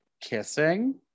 kissing